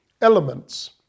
elements